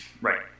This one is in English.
right